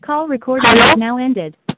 call recorded now ended